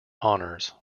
honours